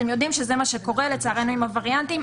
אתם יודעים שזה מה שקורה, לצערנו, עם הווריאנטים.